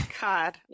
God